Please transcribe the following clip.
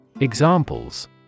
Examples